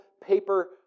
paper